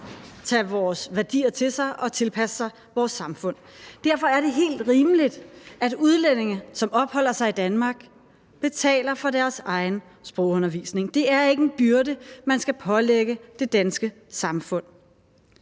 tage vores værdier til sig og tilpasse sig vores samfund. Derfor er det helt rimeligt, at udlændinge, der opholder sig i Danmark, betaler for deres egen sprogundervisning. Det er ikke en byrde, man skal pålægge det danske samfund.